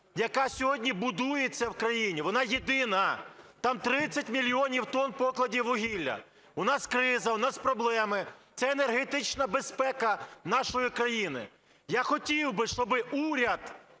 яка сьогодні будується в країні? Вона єдина, там 30 мільйонів тонн покладів вугілля. У нас криза, у нас проблеми, це енергетична безпека нашої країни. Я хотів би, щоб уряд